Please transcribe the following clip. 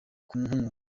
nk’umwuga